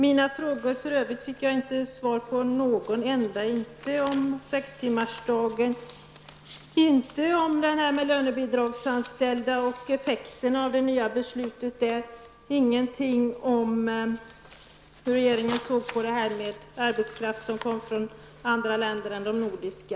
Jag fick för övrigt inte svar på någon enda fråga om t.ex. sextimmarsdagen, lönebidragsanställda och effekterna av det nya beslutet och ingenting om hur regeringen ser på arbetskraft som kommer från andra länder än de nordiska.